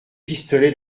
pistolets